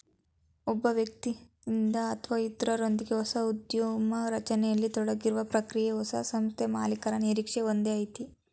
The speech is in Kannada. ಒಬ್ಬ ವ್ಯಕ್ತಿಯಿಂದ ಅಥವಾ ಇತ್ರರೊಂದ್ಗೆ ಹೊಸ ಉದ್ಯಮ ರಚನೆಯಲ್ಲಿ ತೊಡಗಿರುವ ಪ್ರಕ್ರಿಯೆ ಹೊಸ ಸಂಸ್ಥೆಮಾಲೀಕರು ನಿರೀಕ್ಷೆ ಒಂದಯೈತೆ